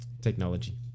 Technology